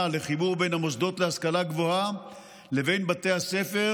לחיבור בין המוסדות להשכלה גבוהה לבין בתי הספר,